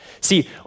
See